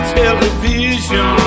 television